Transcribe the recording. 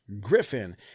Griffin